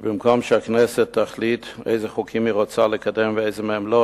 שבמקום שהכנסת תחליט אילו חוקים היא רוצה לקדם ואילו מהם לא,